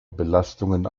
belastungen